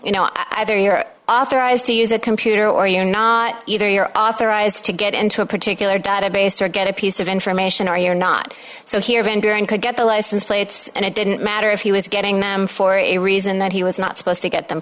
you know either you're authorized to use a computer or you're not either you're authorized to get into a particular database or get a piece of information are your not so here vendor and could get the license plates and it didn't matter if he was getting them for a reason that he was not supposed to get them